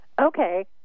Okay